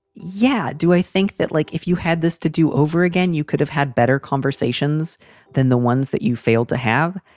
yeah. do i think that, like, if you had this to do over again, you could have had better conversations than the ones that you failed to have?